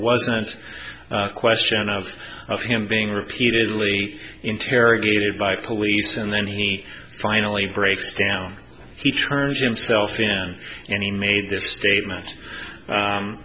wasn't a question of him being repeatedly interrogated by police and then he finally breaks down he turned himself in and he made this statement